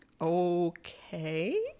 Okay